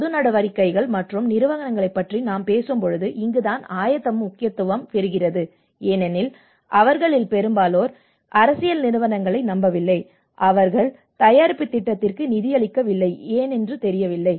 பொது நடவடிக்கைகள் மற்றும் நிறுவனங்களைப் பற்றி நாம் பேசும்போது இங்குதான் ஆயத்தம் முக்கியத்துவம் பெறுகிறது ஏனெனில் அவர்களில் பெரும்பாலோர் அரசியல் நிறுவனங்களை நம்பவில்லை அவர்கள் தயாரிப்புத் திட்டத்திற்கு நிதியளிக்கவில்லை ஏனெனில் அது தெரியவில்லை